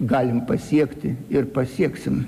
galim pasiekti ir pasieksim